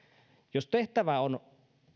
jos tehtävänä on